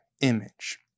image